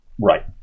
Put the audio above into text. Right